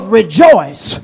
rejoice